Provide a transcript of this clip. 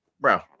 Bro